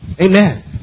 Amen